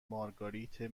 مارگارت